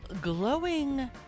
glowing